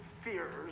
fears